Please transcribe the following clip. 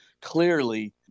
clearly